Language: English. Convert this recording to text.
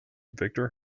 victor